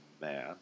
man